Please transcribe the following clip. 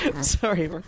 Sorry